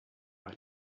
back